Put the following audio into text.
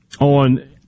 on